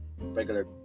regular